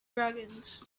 dragons